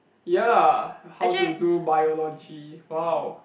ya how to do biology wow